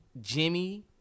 Jimmy